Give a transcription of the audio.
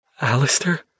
Alistair